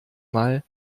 mal